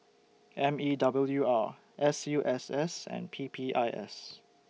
M E W R S U S S and P P I S